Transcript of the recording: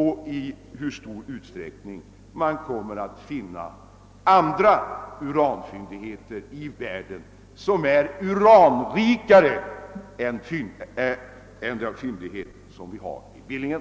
och i hur stor utsträckning man kommer att finna andra uranfyndigheter i världen som är rikare än fyndigheten i Billingen.